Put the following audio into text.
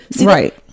Right